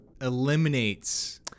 eliminates